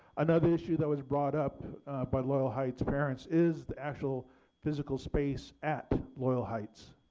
another issue that was brought up by loyal heights parents is the actual physical space at loyal heights.